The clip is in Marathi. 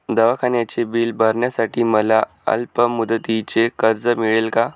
दवाखान्याचे बिल भरण्यासाठी मला अल्पमुदतीचे कर्ज मिळेल का?